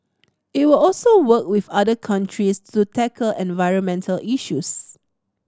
it will also work with other countries to tackle environmental issues